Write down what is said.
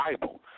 Bible